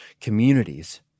communities